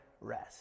rest